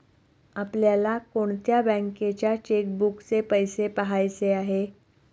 आपल्याला कोणत्या बँकेच्या चेकबुकचे पैसे पहायचे आहे?